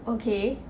okay